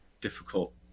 difficult